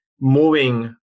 moving